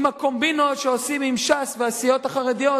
עם הקומבינות שעושים עם ש"ס והסיעות החרדיות,